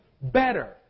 better